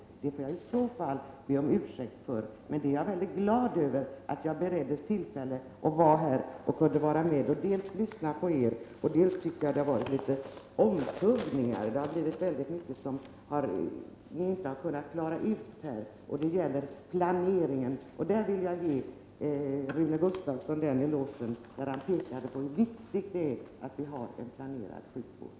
Om jag har gjort mig skyldig till det ber jag om ursäkt för det, men jag är ändå väldigt glad över att jag beretts tillfälle att delta i den här debatten. Det har emellertid förekommit en del omtuggningar. Det är väldigt mycket som inte har kunnat klaras ut här. Det gäller planeringen. I det sammanhanget vill jag ge Rune Gustavsson en eloge. Han framhöll hur viktigt det är att vi har en planerad sjukvård.